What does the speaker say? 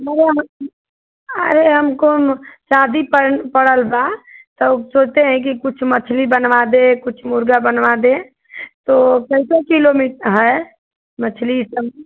हमारे यहाँ अरे हमको शादी पड़न पड़ल बा तो सोचते हैं कि कुछ मछली बनवा दें कुछ मुर्गा बनवा दें तो कैसे किलो मीट है मछली यह सब